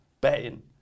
betting